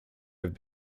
have